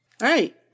right